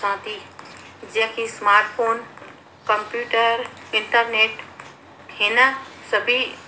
ज़िंदगीअ में तकनीकीअ जा मां ॾाढा मूल्य रुप ॾिसां थी जीअं कि स्मार्ट फ़ोन कंप्यूटर इंटरनेट हिन सभी